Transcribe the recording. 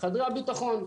חדרי הביטחון.